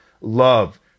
love